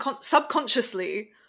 subconsciously